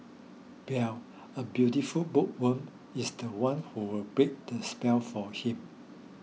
Belle a beautiful bookworm is the one who will break the spell for him